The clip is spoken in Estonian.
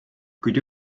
kuid